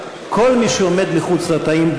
כל מי שעומד מחוץ לתאים,